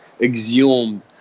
Exhumed